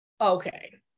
okay